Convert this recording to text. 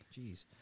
Jeez